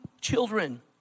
children